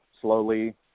slowly